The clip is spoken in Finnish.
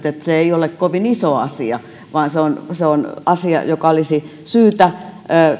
että se ei ole kovin iso asia vaan se on se on asia joka olisi syytä